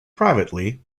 privately